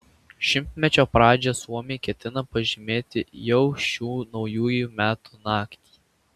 šimtmečio pradžią suomiai ketina pažymėti jau šių naujųjų metų naktį